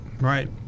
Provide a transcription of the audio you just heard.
Right